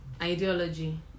Ideology